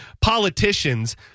politicians